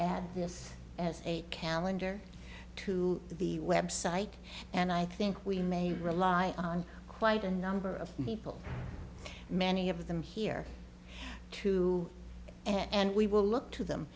add this as a calendar to the website and i think we may rely on quite a number of people many of them here too and we will look to them